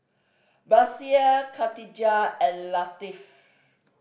Batrisya Khatijah and Latif